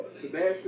Sebastian